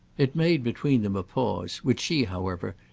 it made between them a pause, which she, however,